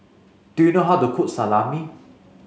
do you know how to cook Salami